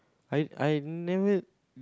I I never